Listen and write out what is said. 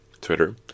twitter